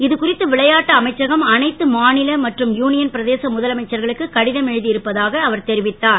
இது குறித்து விளையாட்டு அமைச்சகம் அனைத்து மாநில மற்றும் யூனியன் பிரதேச முதலமைச்சர்களுக்கு கடிதம் எழுதி இருப்பதாக அவர் தெரிவித்தார்